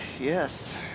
Yes